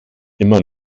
immer